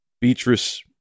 Beatrice